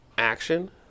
action